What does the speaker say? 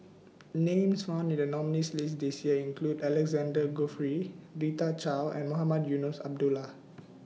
Names found in The nominees' list This Year include Alexander Guthrie Rita Chao and Mohamed Eunos Abdullah